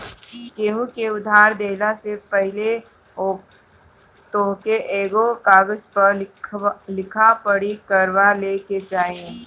केहू के उधार देहला से पहिले तोहके एगो कागज पअ लिखा पढ़ी कअ लेवे के चाही